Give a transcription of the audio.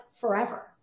forever